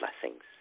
blessings